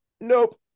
nope